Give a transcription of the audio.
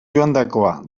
joandakoa